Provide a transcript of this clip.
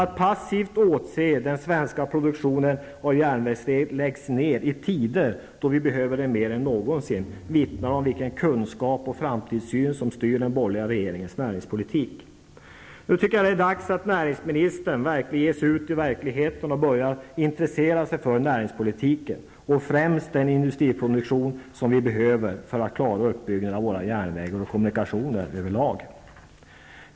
Att passivt åse hur den svenska produktionen av järnvägsräls läggs ner i en tid då den behövs mer än någonsin vittnar om vad det är för kunskaper och framtidssyn som styr den borgerliga regeringens näringspolitik. Det är dags för näringsministern att ge sig ut i verkligheten och att börja intressera sig för näringspolitiken. Främst tänker jag då på den industriproduktion som behövs för att vi skall kunna klara uppbyggnaden av järnvägar och kommunikationer överlag.